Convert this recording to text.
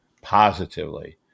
positively